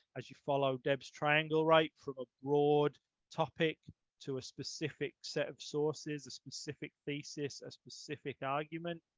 as you follow deb's triangle right for ah broad topic to a specific set of sources, a specific thesis, a specific argument,